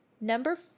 Number